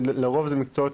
לרוב זה מקצועות,